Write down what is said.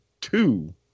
two